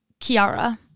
kiara